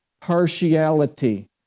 partiality